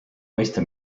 mõista